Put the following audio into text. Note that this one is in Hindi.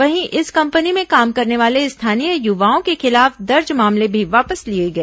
वहीं इस कंपनी में काम करने वाले स्थानीय युवाओं के खिलाफ दर्ज मामले भी वापस लिए गए